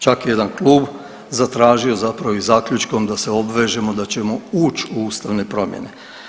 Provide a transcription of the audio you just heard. Čak je jedan klub zatražio zapravo i zaključkom da se obvežemo da ćemo ući u ustavne promjene.